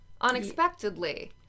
unexpectedly